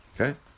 Okay